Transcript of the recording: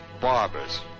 barbers